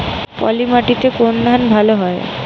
পলিমাটিতে কোন ধান ভালো হয়?